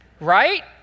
Right